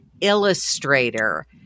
illustrator